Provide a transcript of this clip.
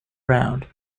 round